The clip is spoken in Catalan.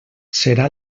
serà